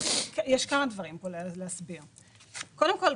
יש כמה דברים שצריך להסביר פה: קודם כול,